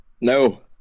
No